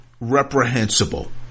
reprehensible